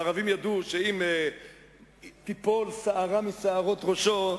והערבים ידעו שאם תיפול שערה משערות ראשו,